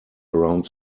around